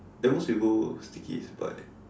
at most we go Bugis buy